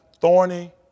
Thorny